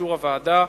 באישור הוועדה,